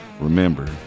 remember